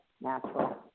natural